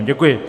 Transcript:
Děkuji.